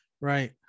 Right